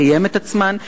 לקיים את עצמן,